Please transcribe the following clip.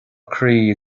croí